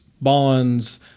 bonds